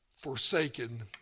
forsaken